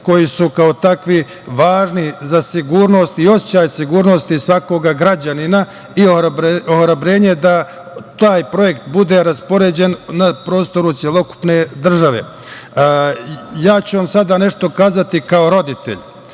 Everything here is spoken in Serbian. i kao takvi važni za sigurnost i osećaj sigurnosti svakog građanina i ohrabrenje da taj projekat budu raspoređen na prostoru cele države. Sada ću vam nešto reći kao roditelj.